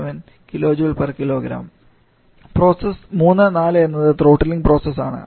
47 kJkg process 3 4 എന്നത് throttling process ആണ്